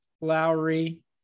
lowry